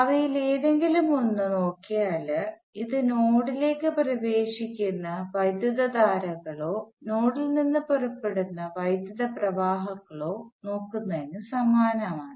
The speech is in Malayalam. അവയിലേതെങ്കിലും ഒന്ന് നോക്കിയാൽ ഇത് നോഡിലേക്ക് പ്രവേശിക്കുന്ന വൈദ്യുതധാരകളോ നോഡിൽ നിന്ന് പുറപ്പെടുന്ന വൈദ്യുത പ്രവാഹങ്ങളോ നോക്കുന്നതിന് സമാനമാണ്